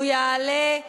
לא היתה הסכמה,